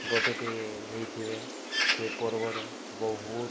ଗୋଟେଟି ହେଇଥିବେ ସେ ପର୍ବରେ ବହୁତ